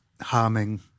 harming